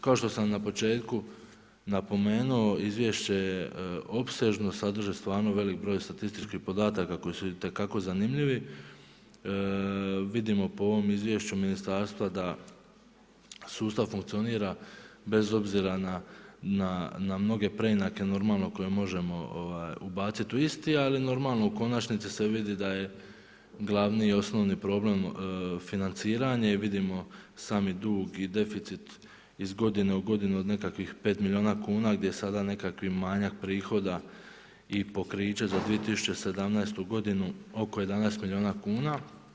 Kao što sam na početku napomenuo, izvješće je opsežno, sadrži stvarno veliki broj statističkih podataka koji su itekako zanimljivi, vidimo po ovom izvješću ministarstva da sustav funkcionira bez obzira na mnoge preinake normalno koje možemo ubaciti u isti, ali normalno u konačnici se vidi da je glavni osnovni problem financiranje i vidimo sami dug i deficit iz godine u godinu od nekakvih 5 milijuna kuna gdje je sada nekakvi manjak prihoda i pokriće za 2017. godinu oko 11 milijuna kuna.